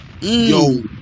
Yo